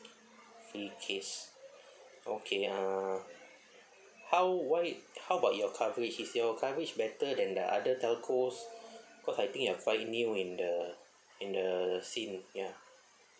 free case okay uh how what is how about your coverage is your coverage better than the other telcos cause I think you're quite new in the in the scene ya